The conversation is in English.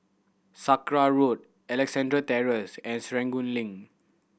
Sakra Road Alexandra Terrace and Serangoon Link